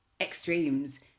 extremes